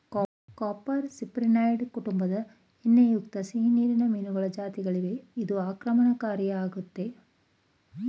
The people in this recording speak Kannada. ಕಾರ್ಪ್ ಸಿಪ್ರಿನಿಡೆ ಕುಟುಂಬದ ಎಣ್ಣೆಯುಕ್ತ ಸಿಹಿನೀರಿನ ಮೀನುಗಳ ಜಾತಿಗಳಾಗಿವೆ ಇದು ಆಕ್ರಮಣಕಾರಿಯಾಗಯ್ತೆ